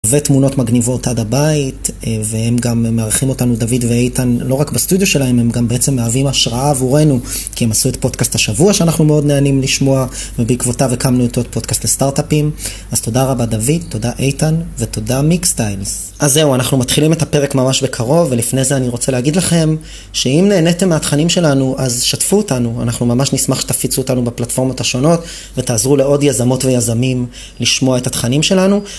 ותמונות מגניבות עד הבית, והם גם מארחים אותנו, דוד ואיתן, לא רק בסטודיו שלהם, הם גם בעצם מהווים השראה עבורנו, כי הם עשו את פודקאסט השבוע שאנחנו מאוד נהנים לשמוע, ובעקבותיו הקמנו את עוד פודקאסט לסטארט-אפים, אז תודה רבה דוד, תודה איתן, ותודה Mixtiles. אז זהו, אנחנו מתחילים את הפרק ממש בקרוב, ולפני זה אני רוצה להגיד לכם, שאם נהנתם מהתכנים שלנו, אז שתפו אותנו, אנחנו ממש נשמח שתפיצו אותנו בפלטפורמות השונות, ותעזרו לעוד יזמות ויזמים לשמוע את התכנים שלנו.